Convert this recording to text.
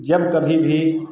जब कभी भी